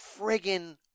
friggin